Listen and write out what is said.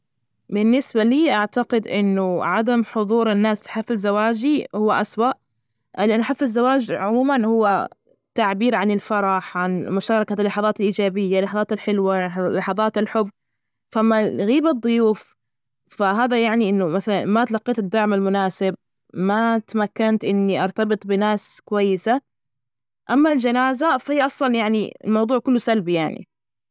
بالنسبة لي، أعتقد إنه عدم حضور الناس لحفل زواجي هو أسوأ، لأن حفل الزواج عموما هو تعبير عن الفرح، عن مشاركة اللحظات الإيجابية، اللحظات الحلوة، لحظات الحب، فلما يغيب الضيوف فهذا يعني إنه مثل ما تلقيت الدعم المناسب ما تمكنت إني أرتبط بناس كويسة، أما الجنازة فهي أصلا يعني الموضوع كله سلبي يعني.